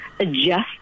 adjust